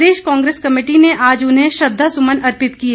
प्रदेश Congress committee ने आज उन्हें श्रद्वासुमन अर्पित किए